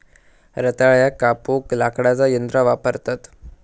रताळ्याक कापूक लाकडाचा यंत्र वापरतत